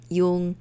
yung